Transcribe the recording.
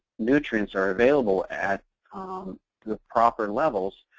nutrients are available at um the proper levels,